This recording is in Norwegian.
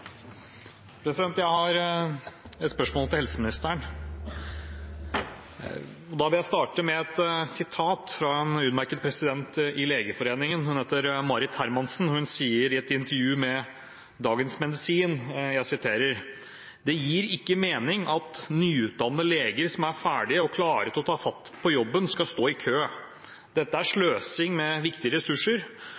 president i Legeforeningen. Hun heter Marit Hermansen, og hun sier i et intervju med Dagens Medisin: «Det gir ikke mening at nyutdannede leger som er ferdige og klare til å ta fatt på jobben skal stå i kø. Dette er